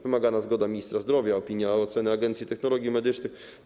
Wymagana zgoda ministra zdrowia, opinia, ocena agencji technologii medycznych.